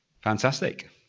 fantastic